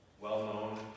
well-known